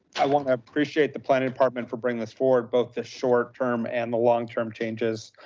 i wanna appreciate the planning department for bringing this forward both the short term and the long term changes.